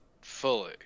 fully